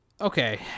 okay